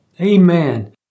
Amen